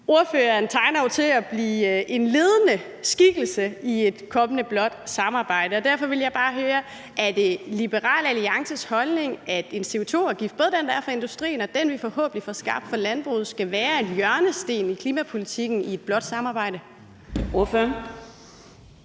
ordføreren bliver en ledende skikkelse i et kommende blåt samarbejde. Derfor vil jeg bare høre til, om det er Liberal Alliances holdning, at en CO2-afgift, både den, der er for industrien, og den, vi forhåbentlig får skabt for landbruget, skal være en hjørnesten i klimapolitikken i et blåt samarbejde. Kl.